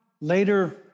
later